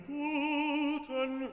guten